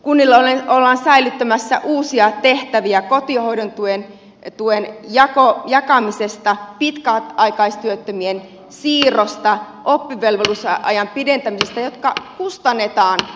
kunnille ollaan sälyttämässä uusia tehtäviä kotihoidon tuen jakamisesta pitkäaikaistyöttömien siirrosta oppivelvollisuusajan pidentämisestä ja kustannukset maksatetaan kunnilla